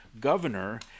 governor